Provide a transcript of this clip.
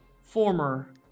former